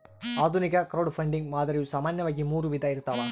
ಆಧುನಿಕ ಕ್ರೌಡ್ಫಂಡಿಂಗ್ ಮಾದರಿಯು ಸಾಮಾನ್ಯವಾಗಿ ಮೂರು ವಿಧ ಇರ್ತವ